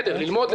גם ללמוד,